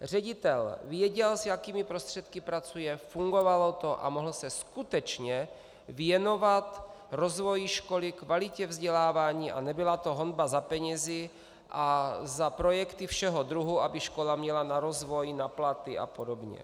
Ředitel věděl, s jakými prostředky pracuje, fungovalo to a mohl se skutečně věnovat rozvoji školy, kvalitě vzdělávání a nebyla to honba za penězi a za projekty všeho druhu, aby škola měla na rozvoj, na platy apod.